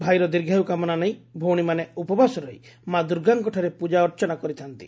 ଭାଇର ଦୀର୍ଘାୟୁ କାମନା ନେଇ ଭଉଶୀମାନେ ଉପବାସ ରହି ମା' ଦୁର୍ଗାଙ୍ଠାରେ ପୂଜା ଅର୍ଚ୍ଚନା କରିଥାନ୍ତି